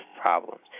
problems